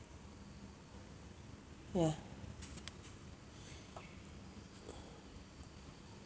ya